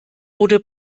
wurde